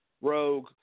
Rogue